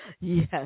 yes